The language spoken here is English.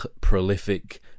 prolific